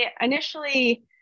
initially